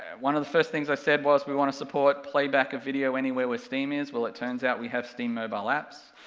one of the first things i said was we want to support playback of video anywhere where steam is, well it turns out we have steam mobile apps,